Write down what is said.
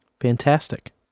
Fantastic